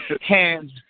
hands